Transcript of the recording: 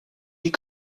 die